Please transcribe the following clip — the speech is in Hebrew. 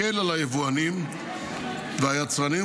הקל על היבואנים והיצרנים,